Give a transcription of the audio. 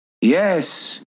Yes